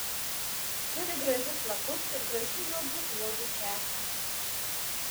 turi gražius lapus ir gražių juodų uogų kekę